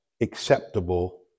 acceptable